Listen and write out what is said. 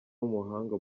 w’umuhanga